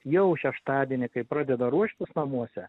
jau šeštadienį kai pradeda ruoštis namuose